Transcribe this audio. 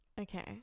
Okay